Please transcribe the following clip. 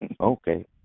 Okay